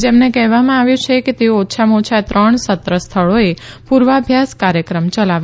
જેમને કહેવામાં આવ્યું છે કેતેઓ ઓછામાં ઓછા ત્રણ સત્ર સ્થળોએ પુર્વાભ્યાસ કાર્યક્રમ યલાવે